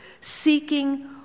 seeking